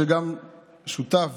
שגם שותף,